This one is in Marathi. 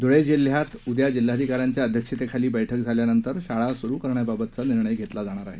धुळे जिल्ह्यात उद्या जिल्हाधिकाऱ्यांच्या अध्यक्षतेखाली बळ्कि झाल्यानंतर शाळा सुरु करण्याबाबतचा निर्णय घेतला जाईल